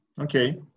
okay